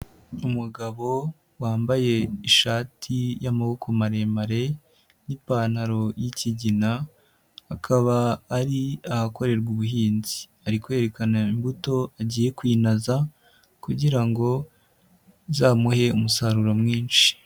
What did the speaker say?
Umugabo wambaye ishati y'amaboko maremare n'ipantaro y'ikigina, akaba ari ahakorerwa ubuhinzi. Ari kwerekana imbuto agiye kwinaza kugira ngo izamuhe umusaruro mwinshi.